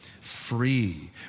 free